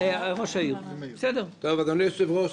אדוני היושב-ראש,